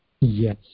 Yes